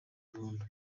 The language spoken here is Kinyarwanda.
burundu